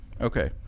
Okay